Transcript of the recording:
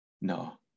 No